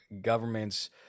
governments